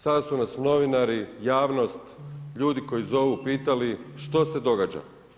Sada su nas novinari, javnost, ljudi koji zovu pitali, što se događa.